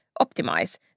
optimize